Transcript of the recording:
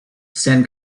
san